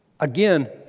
Again